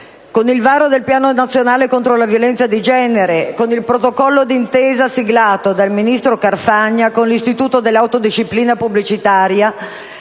con il varo del piano nazionale contro la violenza di genere e lo *stalking*, con il protocollo d'intesa siglato dall'allora ministro Carfagna con l'Istituto dell'autodisciplina pubblicitaria